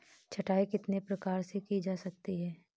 छँटाई कितने प्रकार से की जा सकती है?